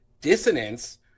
dissonance